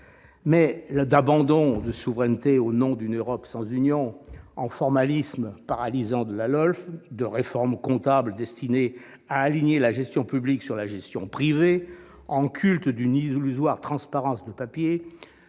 Mais, d'abandon de souveraineté au nom d'une Europe sans union en formalisme paralysant de la LOLF, de réformes comptables destinées à aligner la gestion publique sur la gestion privée en culte d'une illusoire transparence de papier,